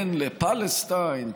כן לפלסטיין.